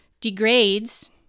degrades